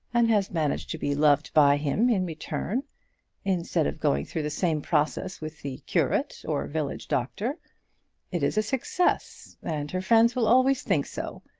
and has managed to be loved by him in return instead of going through the same process with the curate or village doctor it is a success, and her friends will always think so.